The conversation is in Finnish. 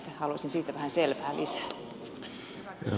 haluaisin siitä vähän selvää lisää